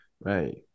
Right